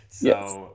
Yes